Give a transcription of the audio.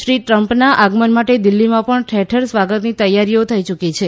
શ્રી ટ્રમ્પના આગમન માટે દિલ્હીમાં પણ ઠેરઠેર સ્વાગતની તૈયારીઓ થઇ યુકી છે